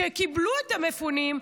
שקיבלו את המפונים,